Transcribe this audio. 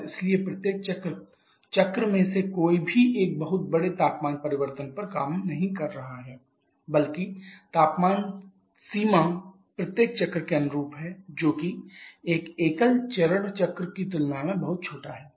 और इसलिए प्रत्येक चक्र चक्र में से कोई भी एक बहुत बड़े तापमान परिवर्तन पर काम नहीं कर रहा है बल्कि तापमान सीमा प्रत्येक चक्र के अनुरूप है जोकि एक एकल चरण चक्र की तुलना में बहुत छोटा है